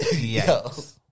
Yes